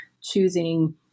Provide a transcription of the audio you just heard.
choosing